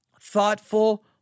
thoughtful